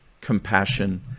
compassion